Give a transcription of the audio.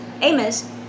Amos